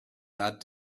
that